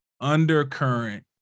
undercurrent